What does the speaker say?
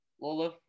Lola